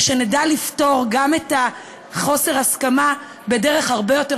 ושנדע לפתור גם את חוסר ההסכמה בדרך הרבה יותר